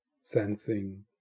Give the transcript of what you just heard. sensing